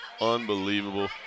Unbelievable